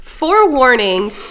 Forewarning